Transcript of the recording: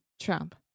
Trump